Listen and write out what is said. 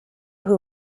who